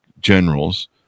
generals